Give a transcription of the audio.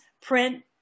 print